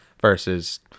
versus